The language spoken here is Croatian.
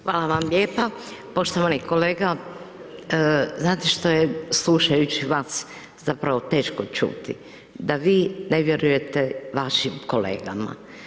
Hvala vam lijepa, poštovani kolega znate što je slušajući vas zapravo teško čuti, da vi ne vjerujete vašim kolegama.